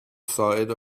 side